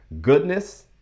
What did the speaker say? goodness